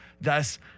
Thus